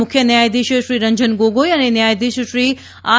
મુખ્ય ન્યાયાધીશ શ્રી રંજન ગોગોઇ અને ન્યાયાધીશ શ્રી આર